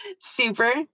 Super